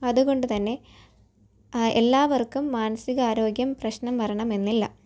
അതുകൊണ്ട് തന്നെ എല്ലാവർക്കും മനസികാരോഗ്യം പ്രശ്നം വരണമെന്നില്ല